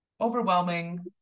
overwhelming